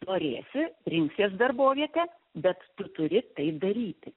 norėsi rinksies darbovietę bet tu turi tai daryti